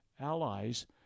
allies